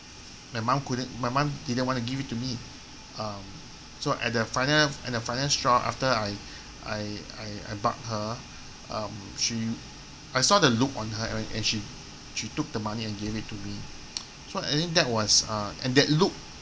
my mum couldn't my mum didn't want to give it to me um so at the final at the final straw after I I I I bug her um she I saw the look on her and she she took the money and gave it to me so I think that was uh and that look